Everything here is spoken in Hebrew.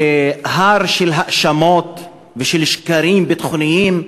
שהר של האשמות ושל שקרים ביטחוניים,